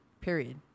period